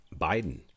Biden